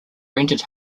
rented